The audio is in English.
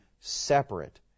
separate